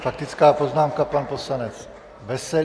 Faktická poznámka, pan poslanec Veselý.